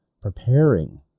preparing